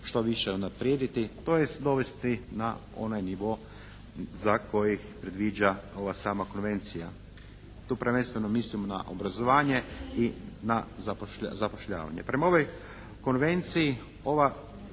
što više unaprijediti, tj. dovesti na onaj nivo za koji predviđa ova sama Konvencija. Tu prvenstveno mislimo na obrazovanje i na zapošljavanje. Prema ovoj Konvenciji ova,